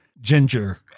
Ginger